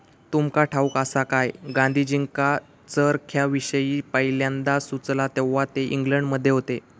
तुमका ठाऊक आसा काय, गांधीजींका चरख्याविषयी पयल्यांदा सुचला तेव्हा ते इंग्लंडमध्ये होते